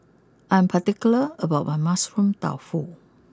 I am particular about my Mushroom Tofu